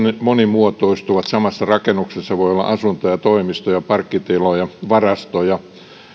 monimuotoistuvat samassa rakennuksessa voi olla asuntoja toimistoja parkkitiloja varastoja